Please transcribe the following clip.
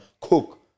cook